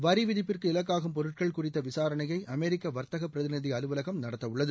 வரி விதிப்புக்கு இலக்காகும் பொருட்கள் குறித்த விசாரணையை அமெரிக்க வர்த்தக பிரதிநிதி அலுவலகம் நடத்தவுள்ளது